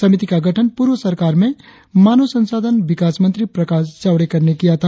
समिति का गठन पूर्व सरकार में मानव संसाधन विकास मंत्री प्रकाश जावड़ेकर ने किया था